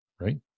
Right